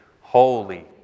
Holy